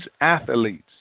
athletes